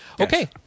Okay